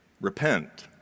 repent